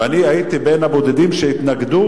ואני הייתי בין הבודדים שהתנגדו